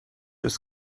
ist